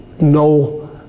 no